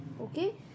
okay